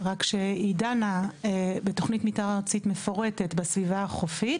רק שהיא דנה בתוכנית מתאר ארצית מפורטת בסביבה החופית.